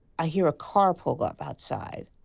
i hear a car pull up outside.